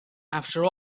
after